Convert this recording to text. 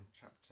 chapter